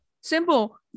simple